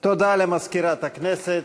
תודה למזכירת הכנסת.